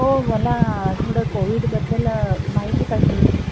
ओ मला थोडं कोविडबद्दल माहिती पाहिजे होती